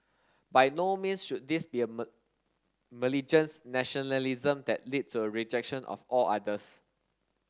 by no means should this be a malignant nationalism that lead a rejection of all others